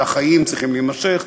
שהחיים צריכים להימשך,